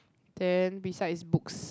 then beside is books